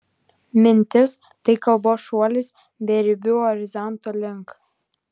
mintis tai kalbos šuolis beribių horizontų link